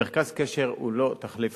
מרכז קשר הוא לא תחליף